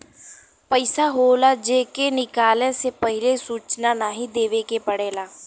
पइसा होला जे के निकाले से पहिले सूचना नाही देवे के पड़ेला